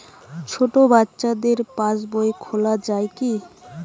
ছোট বাচ্চাদের পাশবই খোলা যাবে কি?